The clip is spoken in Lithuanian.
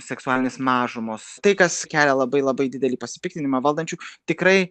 seksualinės mažumos tai kas kelia labai labai didelį pasipiktinimą valdančių tikrai